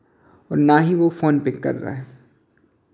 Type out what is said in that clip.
और ना ही वो फोन पिक कर रहा है